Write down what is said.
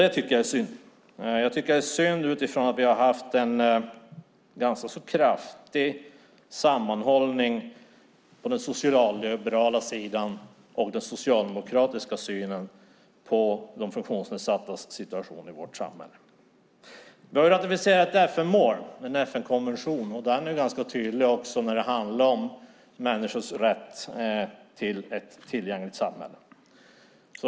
Det tycker jag är synd, det är synd utifrån att vi har haft en ganska stark sammanhållning på den socialliberala sidan om den socialdemokratiska synen på de funktionsnedsattas situation i vårt samhälle. Vi har ratificerat en FN-konvention som är ganska tydlig när det gäller människors rätt till ett tillgängligt samhälle.